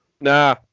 Nah